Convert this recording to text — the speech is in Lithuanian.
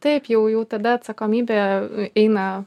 taip jau jau tada atsakomybė eina